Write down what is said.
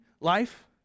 life